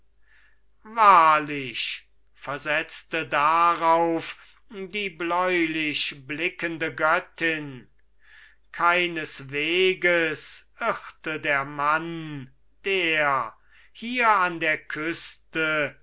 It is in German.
wahrlich versetzte darauf die bläulich blickende göttin keinesweges irrte der mann der hier an der küste